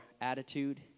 attitude